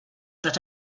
that